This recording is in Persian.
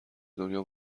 دنیا